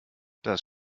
das